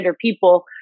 people